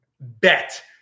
bet